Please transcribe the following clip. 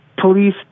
Police